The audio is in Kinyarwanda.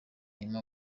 hima